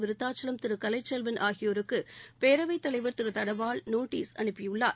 விருத்தாச்சலம் திரு கலைச்செல்வன் ஆகியோருக்கு பேரவைத் தலைவர் திரு ப தனபால் நோட்டஸ் அனுப்பியுள்ளார்